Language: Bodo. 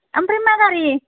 ओमफ्राय मा गारि